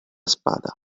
spada